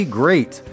great